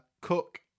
cook